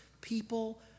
people